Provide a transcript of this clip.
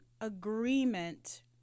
agreement